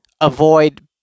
avoid